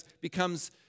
becomes